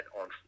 on